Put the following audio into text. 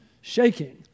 shaking